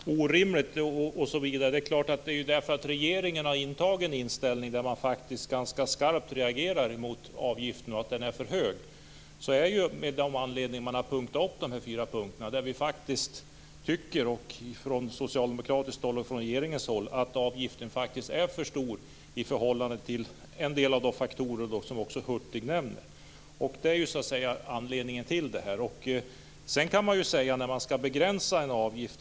Herr talman! Det är därför regeringen har den här inställningen. Man har faktiskt reagerat ganska skarpt mot avgiften och sagt att den är för hög. Det är med anledning av det som man har ställt upp dessa fyra punkter. Regeringen och Socialdemokraterna tycker faktiskt att avgiften är för hög i förhållande till en del av de faktorer som även Hurtig nämner. Det är anledningen till detta. Sedan kan man ha åsikter om när man skall begränsa en avgift.